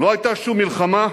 לא היתה שום מלחמה,